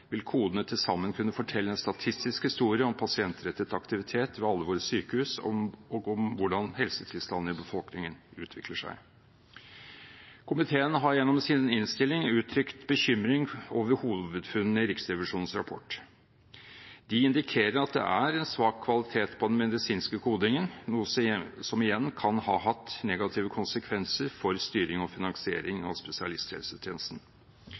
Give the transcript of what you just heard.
vil kodene til sammen kunne fortelle en statistisk historie om pasientrettet aktivitet ved alle våre sykehus og om hvordan helsetilstanden i befolkningen utvikler seg. Komiteen har gjennom sin innstilling uttrykt bekymring over hovedfunnene i Riksrevisjonens rapport. De indikerer at det er en svak kvalitet på den medisinske kodingen, noe som igjen kan ha hatt negative konsekvenser for styring og finansiering av spesialisthelsetjenesten.